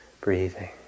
breathing